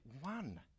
one